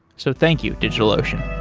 so thank you, digitalocean